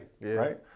right